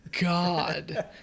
God